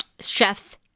Chefs